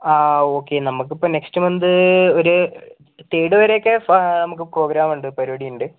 okay നമുക്കിപ്പോൾ next month ഒരു third വരെയൊക്കെ നമുക്ക് പ്രോഗ്രാം ഉണ്ട് പരിപാടി ഉണ്ട്